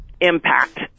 impact